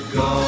go